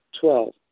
Twelve